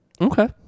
Okay